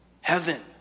heaven